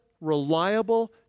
reliable